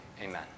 amen